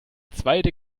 zweite